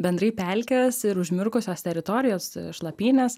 bendrai pelkės ir užmirkusios teritorijos šlapynės